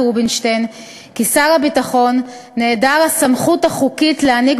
רובינשטיין כי שר הביטחון נעדר הסמכות החוקית להעניק